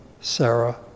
Sarah